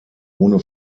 ohne